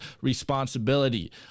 responsibility